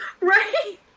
Right